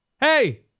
hey